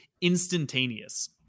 instantaneous